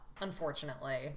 unfortunately